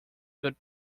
could